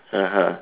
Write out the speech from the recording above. (uh huh)